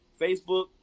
Facebook